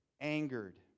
angered